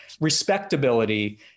respectability